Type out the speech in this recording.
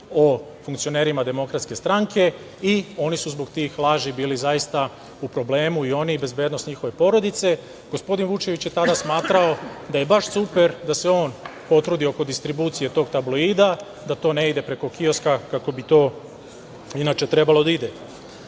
o funkcionerima DS i oni su zbog tih laži bili zaista u problemu i oni i bezbednost njihove porodice. Gospodin Vučević je tada smatrao da je baš super da se on potrudi oko distribucije tog tabloida, da to ne ide preko kioska kako bi inače trebalo da ide. Kao